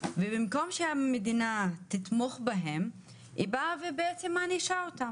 ובמקום שהמדינה תתמוך בהם היא מענישה אותם.